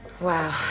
Wow